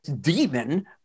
Demon